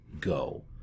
Go